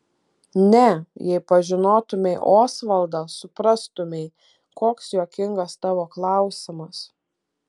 ne jei pažinotumei osvaldą suprastumei koks juokingas tavo klausimas